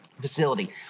facility